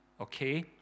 Okay